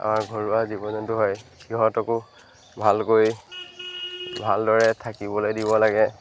আমাৰ ঘৰুৱা জীৱ জন্তু হয় সিহঁতকো ভালকৈ ভালদৰে থাকিবলৈ দিব লাগে